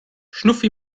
schnuffi